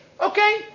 Okay